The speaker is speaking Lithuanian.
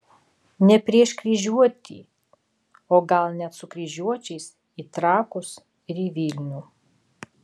ne prieš kryžiuotį o gal net su kryžiuočiais į trakus ir į vilnių